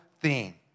theme